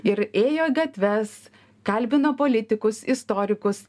ir ėjo į gatves kalbino politikus istorikus